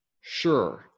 sure